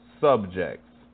subjects